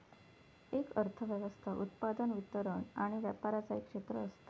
एक अर्थ व्यवस्था उत्पादन, वितरण आणि व्यापराचा एक क्षेत्र असता